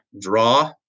draw